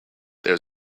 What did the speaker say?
there